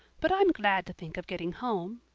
but i'm glad to think of getting home.